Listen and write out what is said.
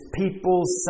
people's